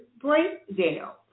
breakdown